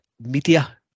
media